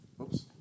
Oops